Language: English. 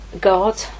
God